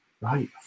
right